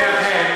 ולכן,